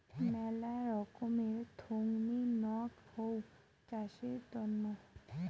মেলা রকমের থোঙনি নক হউ চাষের তন্ন